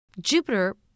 Jupiter